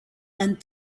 and